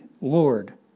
Lord